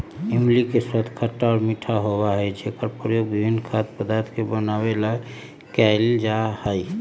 इमली के स्वाद खट्टा और मीठा होबा हई जेकरा प्रयोग विभिन्न खाद्य पदार्थ के बनावे ला कइल जाहई